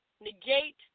negate